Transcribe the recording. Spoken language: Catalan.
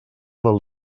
del